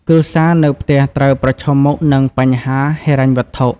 គ្រួសារនៅផ្ទះត្រូវប្រឈមមុខនឹងបញ្ហាហិរញ្ញវត្ថុ។